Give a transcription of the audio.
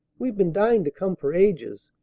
we've been dying to come for ages.